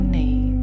need